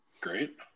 Great